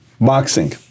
boxing